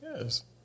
Yes